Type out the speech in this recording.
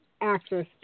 access